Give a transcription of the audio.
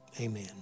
amen